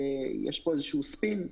יש כאן איזשהו ספין.